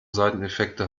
seiteneffekte